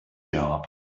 job